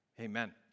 amen